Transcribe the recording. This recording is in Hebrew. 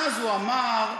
אז הוא אמר: